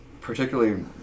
particularly